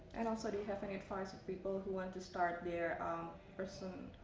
and also do you have any advice for people who want to start their person